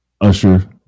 Usher